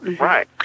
Right